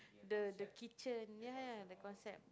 the the kitchen ya ya the concept